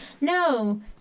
No